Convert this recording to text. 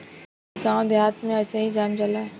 इ गांव देहात में अइसही जाम जाला